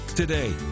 Today